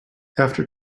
after